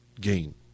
gain